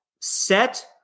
set